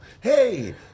Hey